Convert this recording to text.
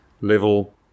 level